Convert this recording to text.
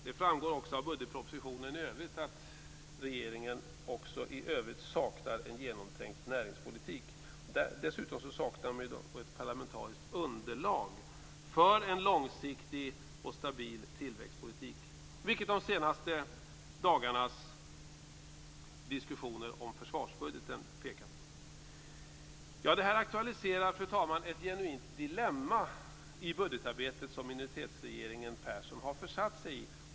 Det framgår också av budgetpropositionen att regeringen även i övrigt saknar en genomtänkt näringspolitik. Dessutom saknar man ett parlamentariskt underlag för en långsiktig och stabil tillväxtpolitik, vilket de senaste dagarnas diskussioner om försvarsbudgeten visar på. Fru talman! Det aktualiserar ett genuint dilemma i budgetarbetet som minoritetsregeringen Persson försatt sig i.